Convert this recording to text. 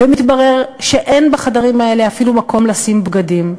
מתברר שאין בחדרים האלה אפילו מקום לשים בגדים,